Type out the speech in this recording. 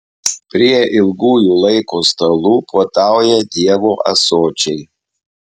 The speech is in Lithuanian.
prie ilgųjų laiko stalų puotauja dievo ąsočiai